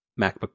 MacBook